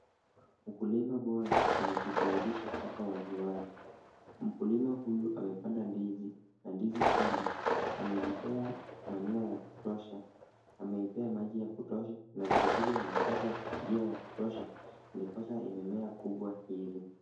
Ukulima bora unajidhihirisha hapa wazi wazi. Mkulima huyu amepanda ndizi, na ndizi hili, amelipea manure ya kutosha, ameipea maji ya kutosha, na vile vile inapata jua ya kutosha, ndiposa imemea kubwa hivi.